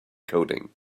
coding